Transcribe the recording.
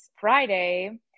Friday